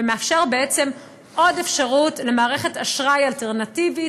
ומאפשר לו בעצם עוד אפשרות למערכת אשראי אלטרנטיבית,